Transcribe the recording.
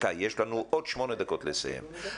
יש לנו עוד שמונה דקות לסיום.